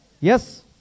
Yes